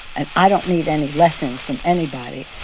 and i don't need any lessons from anybody,